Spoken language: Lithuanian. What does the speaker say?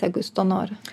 jeigu jis to nori